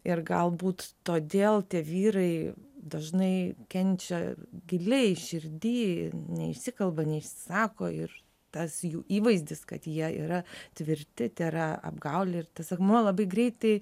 ir galbūt todėl tie vyrai dažnai kenčia giliai širdy neišsikalba neišsako ir tas jų įvaizdis kad jie yra tvirti tėra apgaulė ir tas akmuo labai greitai